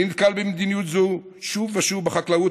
אני נתקל במדיניות זו שוב ושוב בחקלאות,